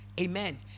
Amen